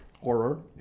Horror